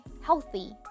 healthy